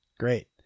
Great